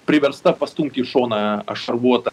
priversta pastumti į šoną a šarvuotą